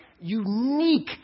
unique